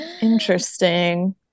Interesting